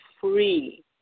free